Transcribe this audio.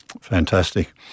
fantastic